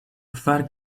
kvar